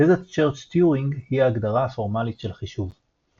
תזת צ'רץ'-טיורינג היא ההגדרה הפורמלית של חישוב.